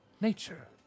nature